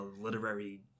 literary